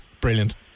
Brilliant